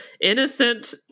innocent